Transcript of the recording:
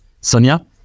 Sonia